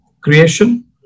creation